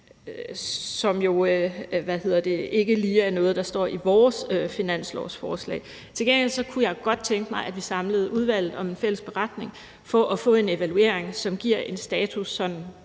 som jo ikke lige er noget, der står i vores finanslovsforslag. Til gengæld kunne jeg godt tænke mig, at vi samlede udvalget om en fælles beretning for at få en evaluering, som giver en status sådan